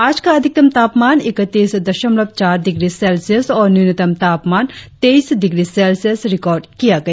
आज का अधिकतम तापमान इकतीस दशमलव चार डिग्री सेल्सियस और न्यूनतम तापमान तेईस डिग्री सेल्सियस रिकार्ड किया गया